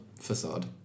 facade